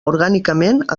orgànicament